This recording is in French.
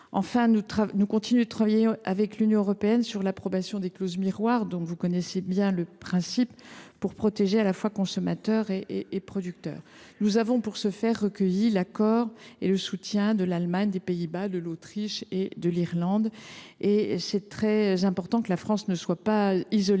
Enfin, nous continuons de travailler avec l’Union européenne sur l’approbation des clauses miroirs, dont vous connaissez bien le principe, pour protéger à la fois les consommateurs et les producteurs. Pour ce faire, nous avons recueilli l’accord et le soutien de l’Allemagne, des Pays Bas, de l’Autriche et de l’Irlande. Il est très important que la France ne soit pas isolée.